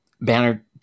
Banner